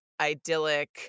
idyllic